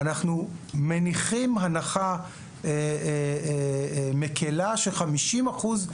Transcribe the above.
אנחנו מניחים הנחה מקלה והיא ש-50 אחוזים